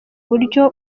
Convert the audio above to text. uburyo